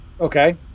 Okay